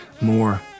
More